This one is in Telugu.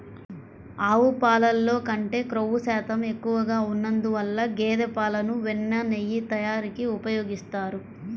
ఆవు పాలల్లో కంటే క్రొవ్వు శాతం ఎక్కువగా ఉన్నందువల్ల గేదె పాలను వెన్న, నెయ్యి తయారీకి ఉపయోగిస్తారు